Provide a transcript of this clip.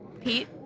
Pete